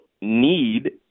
need